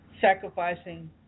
sacrificing